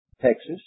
Texas